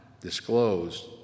disclosed